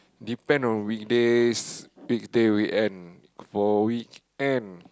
depend on weekdays big day weekend